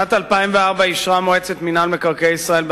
בשנת 2004 אישרה מועצת מינהל מקרקעי ישראל,